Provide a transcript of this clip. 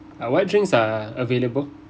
uh what drinks are available